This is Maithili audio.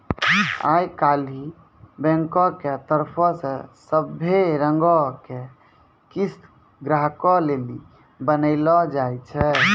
आई काल्हि बैंको के तरफो से सभै रंगो के किस्त ग्राहको लेली बनैलो जाय छै